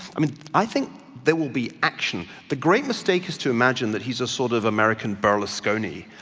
i mean i think there will be action. the grave mistake is to imagine that he's a sort of american berlusconi,